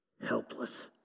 helpless